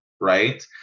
right